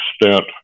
extent